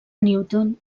newton